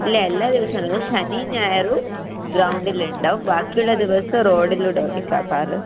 ഇല്ല എല്ലാ ദിവസങ്ങളും ശനിയും ഞായറും ഗ്രൗണ്ടിലുണ്ടാവും ബാക്കിയുള്ള ദിവസം റോഡിലൂടെ ഓടിക്കുവാണ് കാറ്